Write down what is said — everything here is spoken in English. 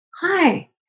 hi